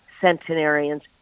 centenarians